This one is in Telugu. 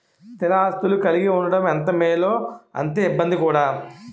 స్థిర ఆస్తులు కలిగి ఉండడం ఎంత మేలో అంతే ఇబ్బంది కూడా